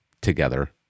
together